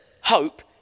hope